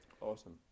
Awesome